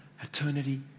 eternity